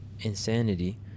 insanity